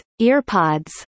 earpods